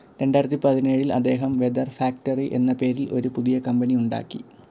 രണ്ടായിരത്തി പതിനേഴിൽ അദ്ദേഹം വെതർ ഫാക്ടറി എന്ന പേരിൽ ഒരു പുതിയ കമ്പനി ഉണ്ടാക്കി